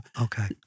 Okay